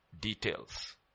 details